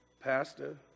pastor